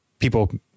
people